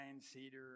cedar